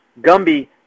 Gumby